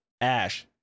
ash